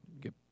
Get